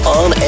on